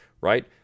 right